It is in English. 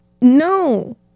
no